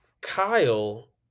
Kyle